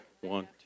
One